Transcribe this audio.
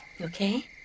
Okay